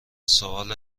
سؤال